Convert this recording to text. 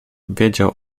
wiedział